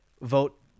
vote